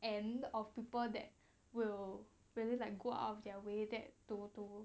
and of people that will really like go out of their way that to to